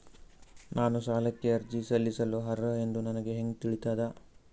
ನಾನು ಸಾಲಕ್ಕೆ ಅರ್ಜಿ ಸಲ್ಲಿಸಲು ಅರ್ಹ ಎಂದು ನನಗೆ ಹೆಂಗ್ ತಿಳಿತದ?